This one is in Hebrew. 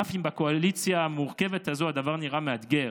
אף אם בקואליציה המורכבת הזו הדבר נראה מאתגר,